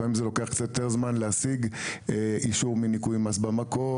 לפעמים זה לוקח קצת יותר זמן להשיג אישור מניכוי מס במקור,